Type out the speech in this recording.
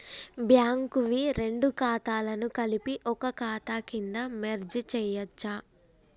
Bank వి రెండు ఖాతాలను కలిపి ఒక ఖాతా కింద మెర్జ్ చేయచ్చా?